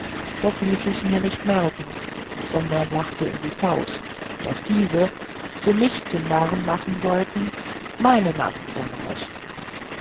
doch ließ ichs mich nicht mer ken sondern lachte in die faust daß diese so mich zum narrn machen sollten meine narren sein mußten